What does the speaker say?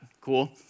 Cool